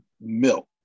Milk